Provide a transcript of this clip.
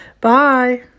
Bye